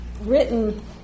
written